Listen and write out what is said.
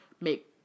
make